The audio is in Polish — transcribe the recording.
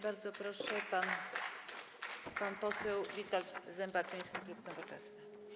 Bardzo proszę, pan poseł Witold Zembaczyński, klub Nowoczesna.